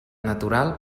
natural